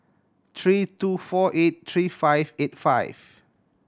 three two four eight three five eight five